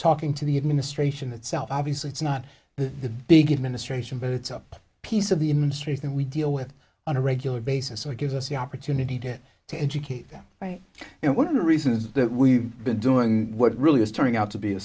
talking to the administration itself obviously it's not the big administration but it's up piece of the administration we deal with on a regular basis or gives us the opportunity to to educate them right and one of the reasons that we been doing what really is turning out to be a